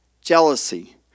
jealousy